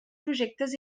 projectes